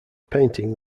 painting